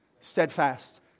steadfast